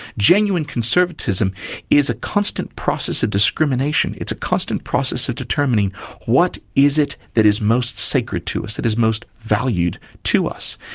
genuine conservatism is a constant process of discrimination. it's a constant process of determining what is it that is most sacred to us, that is most valued to us.